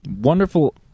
Wonderful